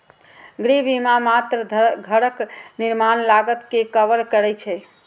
गृह बीमा मात्र घरक निर्माण लागत कें कवर करै छै